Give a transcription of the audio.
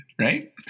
Right